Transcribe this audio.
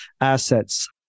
assets